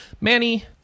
Manny